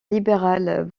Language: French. libéral